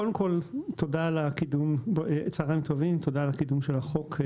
צהריים טובים, תודה על הקידום של החוק.